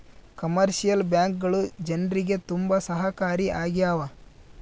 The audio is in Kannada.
ಕಮರ್ಶಿಯಲ್ ಬ್ಯಾಂಕ್ಗಳು ಜನ್ರಿಗೆ ತುಂಬಾ ಸಹಾಯಕಾರಿ ಆಗ್ಯಾವ